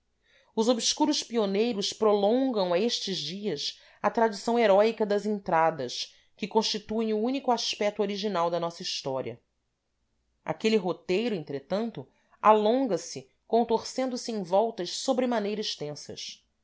os obscuros pioneiros prolongam a estes dias a tradição heróica das entradas que constituem o único aspeto original da nossa história aquele roteiro entretanto alonga se contorcendo se em voltas sobremaneira extensas